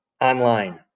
online